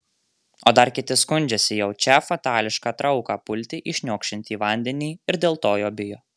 o dar kiti skundžiasi jaučią fatališką trauką pulti į šniokščiantį vandenį ir dėl to jo bijo